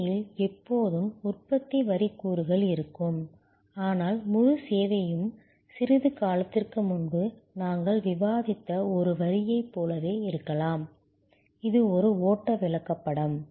சேவையில் எப்போதும் உற்பத்தி வரி கூறுகள் இருக்கும் ஆனால் முழு சேவையும் சிறிது காலத்திற்கு முன்பு நாங்கள் விவாதித்த ஒரு வரியைப் போலவே இருக்கலாம் இது ஒரு ஓட்ட விளக்கப்படம்